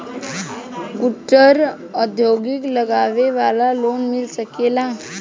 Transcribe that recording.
कुटिर उद्योग लगवेला लोन मिल सकेला?